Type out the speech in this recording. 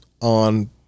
on